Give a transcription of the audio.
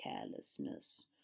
carelessness